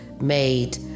made